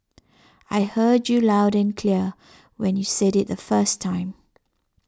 I heard you loud and clear when you said it the first time